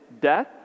death